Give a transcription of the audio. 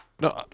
No